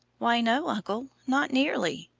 why, no, uncle, not nearly.